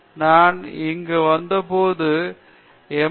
நான் இங்கு வந்த போது என் M